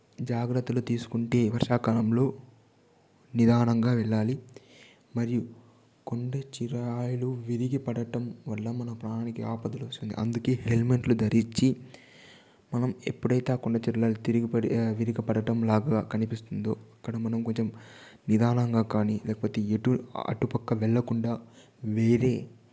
జాగ్రత్తలు తీసుకుంటే వర్షాకాలంలో నిదానంగా వెళ్లాలి మరియు కొండ చిరాయిలు విరిగిపడటం వల్ల మన ప్రాణానికి ఆపదలు వస్తుంది అందుకే హెల్మెట్లు ధరిచ్చి మనం ఎప్పుడయితే ఆ కొండల చెరవులు తెగిపడటం విరిగిపడటంలాగా కనిపిస్తుందో అక్కడ మనం కొంచెంనిదానంగా కాని లేకపోతే ఎటు అటుపక్క వెళ్లకుండా వేరే